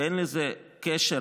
אין לזה קשר,